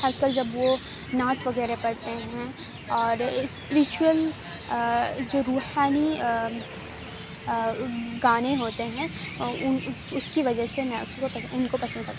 خاص کر جب وہ ںعت وغیرہ پڑھتے ہیں اور اس ریچول جو روحانی گانے ہوتے ہیں ان اس کی وجہ سے میں اس کو ان کو پسند كرتی